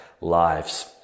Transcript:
lives